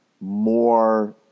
more